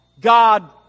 God